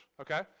okay